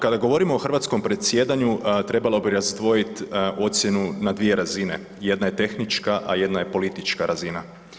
Kada govorimo o hrvatskom predsjedanju trebalo bi razdvojiti ocjenu na dvije razine, jedna je tehnička, a jedna je politička razina.